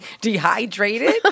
dehydrated